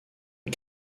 est